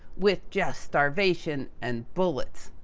with just starvation and bullets.